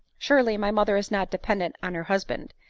surely my mother is not dependent on her husband?